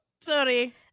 Sorry